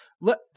Let